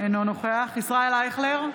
אינו נוכח ישראל אייכלר,